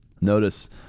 Notice